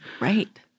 Right